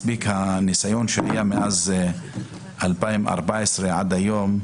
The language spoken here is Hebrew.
מספיק הניסיון מאז 2014 ועד היום,